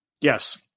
Yes